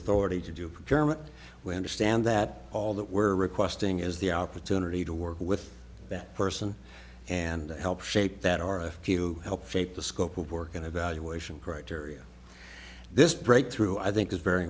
authority to do german we understand that all that we're requesting is the opportunity to work with that person and help shape that are a few help shape the scope of work and evaluation criteria this breakthrough i think is very